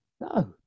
no